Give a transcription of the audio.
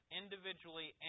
individually